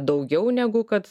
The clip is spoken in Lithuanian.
daugiau negu kad